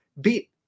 beat